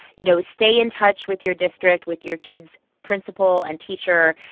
you know, stay in touch with your district, with your kids' principal and teacher.